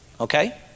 okay